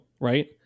right